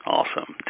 Awesome